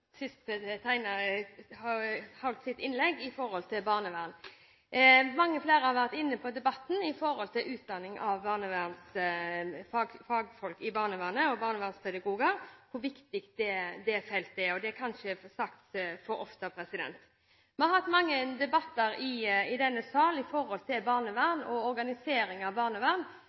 sitt innlegg med, barnevern. Mange har i debatten vært inne på utdanning av fagfolk i barnevernet og barnevernspedagoger, og hvor viktig det feltet er. Det er kanskje ikke sagt for ofte. Vi har hatt mange debatter i denne sal om barnevern og organiseringen av